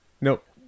Nope